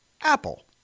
Apple